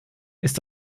ist